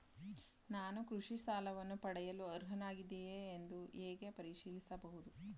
ನಾನು ಕೃಷಿ ಸಾಲವನ್ನು ಪಡೆಯಲು ಅರ್ಹನಾಗಿದ್ದೇನೆಯೇ ಎಂದು ಹೇಗೆ ಪರಿಶೀಲಿಸಬಹುದು?